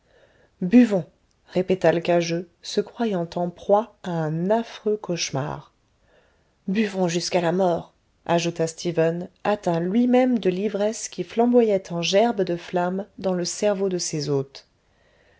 buvons répéta l'cageux se croyant en proie à un affreux cauchemar buvons jusqu'à la mort ajouta stephen atteint lui-même de l'ivresse qui flamboyait en gerbes de flammes dans le cerveau de ses hôtes